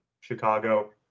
Chicago